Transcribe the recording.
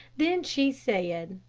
then she said,